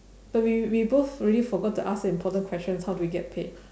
but we we both really forgot to ask the important question how do we get paid